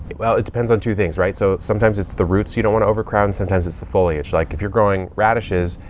well it depends on two things, right? so sometimes it's the roots you don't wanna overcrowd. and sometimes it's the foliage. like if you're growing radishes,